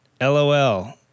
LOL